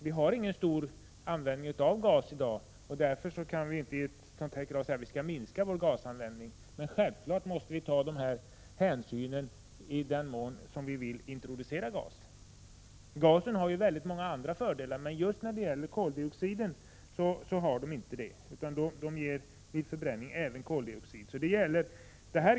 Vi har ingen stor användning för gas i dag, och därför kan vi inte kräva att gasanvändningen skall minskas. Självfallet måste vi ta sådana hänsyn i den mån vi vill introducera gas. Gasen har många fördelar, men vid förbränning ger den också koldioxid.